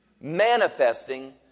Manifesting